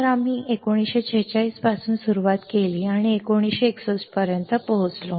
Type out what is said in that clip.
तर आम्ही 1946 पासून सुरुवात केली 1961 पर्यंत पोहोचलो